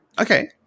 Okay